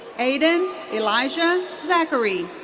aiden elijah zachery.